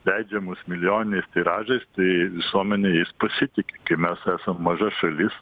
leidžiamus milijoniniais tiražais tai visuomenė jais pasitiki kai mes esam maža šalis